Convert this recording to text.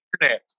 internet